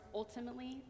ultimately